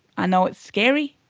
i know it's scary,